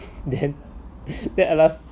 then that alas